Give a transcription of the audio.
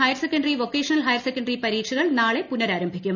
higher secondary vocational higher secondary പരീക്ഷകൾ നാളെ പുനരാരംഭിക്കും